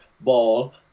ball